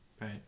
Right